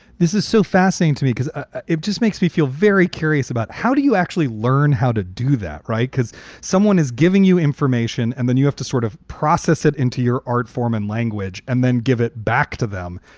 this is so fascinating to me because ah it just makes me feel very curious about how do you actually learn how to do that. right. because someone is giving you information and then you have to sort of process it into your art form and language and then give it back to them.